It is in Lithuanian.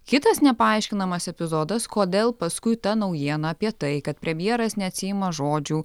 kitas nepaaiškinamas epizodas kodėl paskui ta naujiena apie tai kad premjeras neatsiima žodžių